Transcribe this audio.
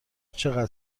چقدر